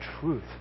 truth